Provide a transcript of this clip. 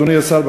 אדוני השר,